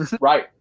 Right